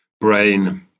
brain